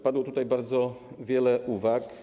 Padło tutaj bardzo wiele uwag.